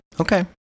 Okay